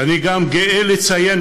ואני גם גאה לציין,